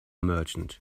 merchant